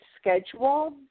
schedule